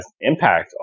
impact